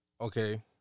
Okay